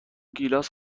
گیلاس